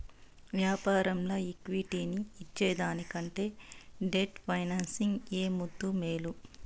యాపారంల ఈక్విటీని ఇచ్చేదానికంటే డెట్ ఫైనాన్సింగ్ ఏ ముద్దూ, మేలు